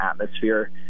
atmosphere